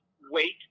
wait